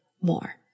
more